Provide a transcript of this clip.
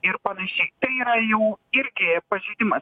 ir panašiai tai yra jau irgi pažeidimas